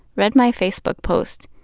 read my facebook post.